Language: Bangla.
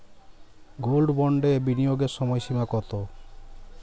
গোল্ড বন্ডে বিনিয়োগের সময়সীমা কতো?